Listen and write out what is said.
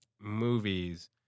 movies